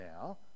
now